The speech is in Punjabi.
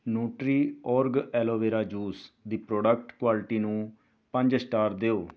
ਨੁਟਰੀ ਓਰਗ ਐਲੋਵੇਰਾ ਜੂਸ ਦੀ ਪ੍ਰੋਡਕਟ ਕੁਆਲਿਟੀ ਨੂੰ ਪੰਜ ਸਟਾਰ ਦਿਓ